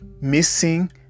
missing